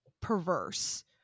perverse